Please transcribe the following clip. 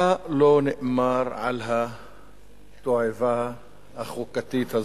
מה לא נאמר על התועבה החוקתית הזאת?